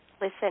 Listen